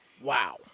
Wow